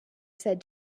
said